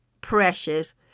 precious